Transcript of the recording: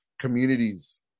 communities